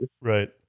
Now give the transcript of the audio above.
right